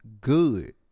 good